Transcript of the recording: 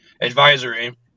advisory